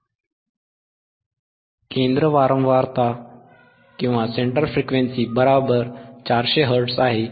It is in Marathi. fL 200Hz दिलेला आहे fH 800Hz दिला आहे केंद्र वारंवारता 400 Hz आहे